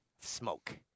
Smoke